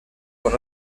con